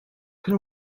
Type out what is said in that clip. can